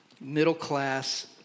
middle-class